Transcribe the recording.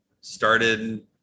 started